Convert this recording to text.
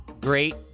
Great